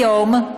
היום,